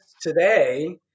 today